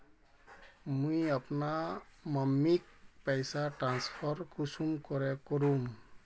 मुई अपना मम्मीक पैसा ट्रांसफर कुंसम करे करूम?